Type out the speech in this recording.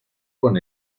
con